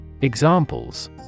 Examples